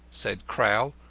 said crowl,